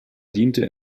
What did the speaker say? diente